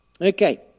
Okay